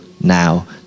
now